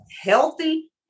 healthy